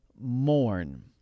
mourn